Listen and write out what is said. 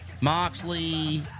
Moxley